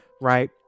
right